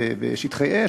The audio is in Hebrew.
בשטחי אש,